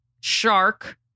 Shark